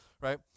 right